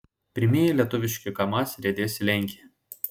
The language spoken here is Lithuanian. pirmieji lietuviški kamaz riedės į lenkiją